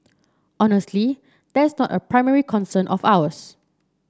honestly that's not a primary concern of ours